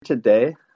today